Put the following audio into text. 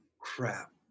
crap